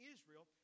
Israel